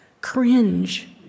cringe